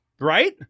Right